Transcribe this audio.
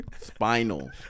Spinal